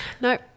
no